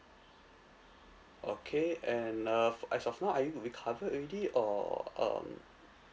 okay and uh for as of now are you recovered already or um